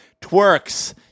Twerks